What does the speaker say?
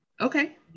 Okay